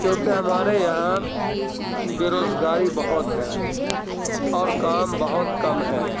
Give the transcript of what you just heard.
کیونکہ ہمارے یہاں بےروزگاری بہت ہے اور کام بہت کم ہے